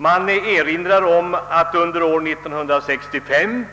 Man erinrar om att det under 1965